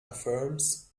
affirms